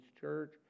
church